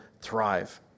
thrive